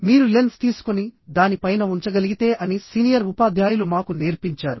మీరు లెన్స్ తీసుకొని దాని పైన ఉంచగలిగితే అని సీనియర్ ఉపాధ్యాయులు మాకు నేర్పించారు